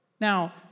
Now